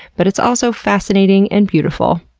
but it's also fascinating and beautiful.